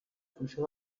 funció